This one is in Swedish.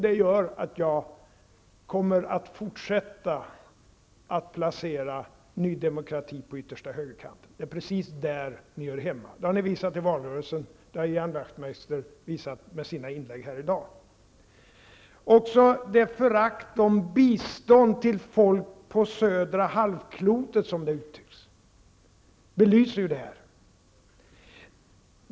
Det gör att jag kommer att fortsätta att placera ny demokrati på yttersta högerkanten. Det är precis där ni hör hemma. Det har ni visat i valrörelsen, och det har Ian Wachtmeister visat med sina inlägg här i dag. Även det förakt som visats för ''bistånd till folk på södra halvklotet'', som det uttrycks, belyser detta.